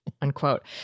unquote